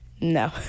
No